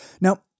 Now